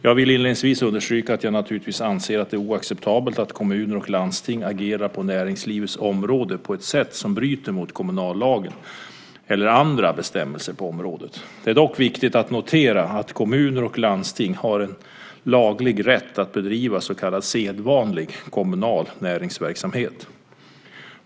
Jag vill inledningsvis understryka att jag naturligtvis anser att det är oacceptabelt att kommuner och landsting agerar på näringslivets område på ett sätt som bryter mot kommunallagen eller andra bestämmelser på området. Det är dock viktigt att notera att kommuner och landsting har en laglig rätt att bedriva så kallad sedvanlig kommunal näringsverksamhet.